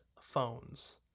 phones